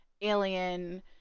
Alien